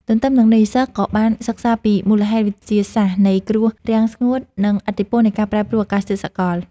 ទន្ទឹមនឹងនេះ សិស្សក៏បានសិក្សាពីមូលហេតុវិទ្យាសាស្ត្រនៃគ្រោះរាំងស្ងួត និងឥទ្ធិពលនៃការប្រែប្រួលអាកាសធាតុសកល។